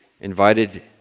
invited